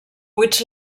buits